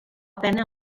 pena